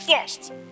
first